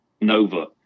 Nova